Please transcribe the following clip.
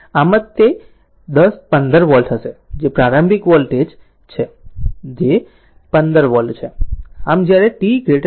હશે આમ આમ જ તે 15 વોલ્ટ છે જે પ્રારંભિક વોલ્ટેજ છે તે 15 વોલ્ટ છે